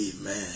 Amen